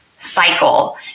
cycle